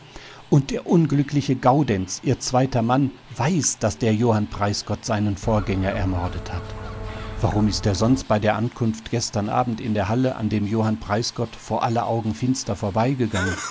und der unglückliche gaudenz ihr zweiter mann weiß daß der johann preisgott seinen vorgänger ermordet hat warum ist er sonst bei der ankunft gestern abend in der halle an dem johann preisgott vor aller augen finster vorbeigegangen